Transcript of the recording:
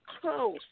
close